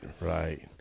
right